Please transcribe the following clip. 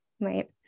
Right